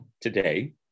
today